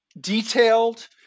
detailed